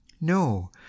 No